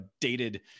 dated